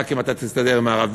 רק אם אתה תסתדר עם הערבים,